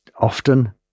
Often